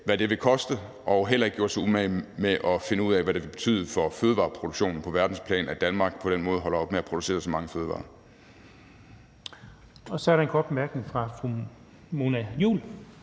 hvad det vil koste, og har heller ikke gjort sig umage med at finde ud af, hvad det vil betyde for fødevareproduktionen på verdensplan, at Danmark på den måde holder op med at producere så mange fødevarer. Kl. 12:38 Den fg. formand (Jens